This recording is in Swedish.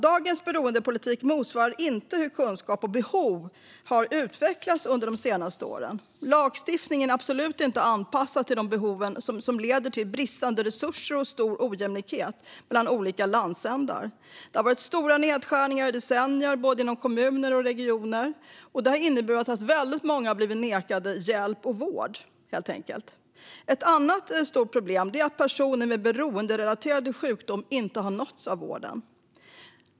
Dagens beroendepolitik motsvarar inte hur kunskap och behov har utvecklats under de senaste åren. Att lagstiftningen absolut inte är anpassad till behoven leder till bristande resurser och stor ojämlikhet mellan olika landsändar. Dessutom har stora nedskärningar i decennier inom både kommuner och regioner inneburit att väldigt många blivit nekade hjälp och vård. Ett annat stort problem är att personer med beroenderelaterade sjukdomar inte har nåtts av vården.